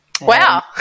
wow